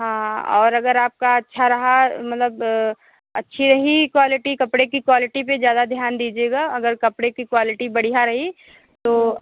हाँ और अगर आपका अच्छा रहा मतलब अच्छी रही क्वालिटी कपड़े की क्वालिटी पर ज़्यादा ध्यान दीजिएगा अगर कपड़े की क्वालिटी बढ़िया रही तो